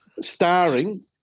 starring